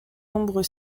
nombres